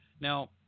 Now